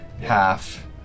half